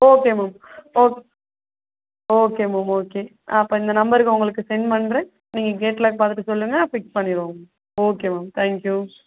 okay ma'am ஓக் okay ma'am okay அப்போ இந்த நம்பருக்கு உங்களுக்கு சென்ட் பண்ணுறேன் நீங்கள் கேட்லாக் பார்த்துட்டு சொல்லுங்கள் ஃபிக்ஸ் பண்ணிடுவோம் உங் ஓகே மேம் தேங்க் யூ